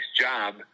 job